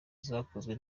zakozwe